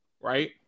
right